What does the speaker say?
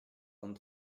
vingt